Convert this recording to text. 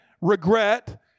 regret